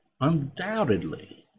undoubtedly—